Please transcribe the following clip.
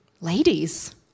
Ladies